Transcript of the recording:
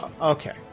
Okay